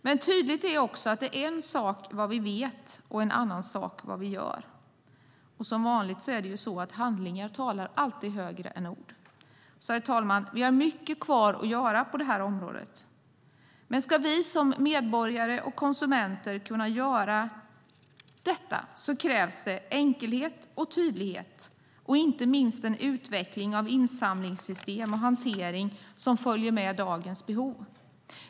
Det är också tydligt att det är en sak vad vi vet och en annan sak vad vi gör, och som vanligt talar alltid handlingar högre än ord. Herr talman! Vi har mycket kvar att göra på det här området. Men ska vi som medborgare och konsumenter kunna göra detta krävs det enkelhet och tydlighet och inte minst en utveckling av insamlingssystem och hantering som följer med dagens behov.